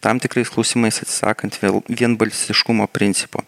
tam tikrais klausimais atsisakant vėl vienbalsiškumo principo